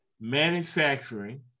Manufacturing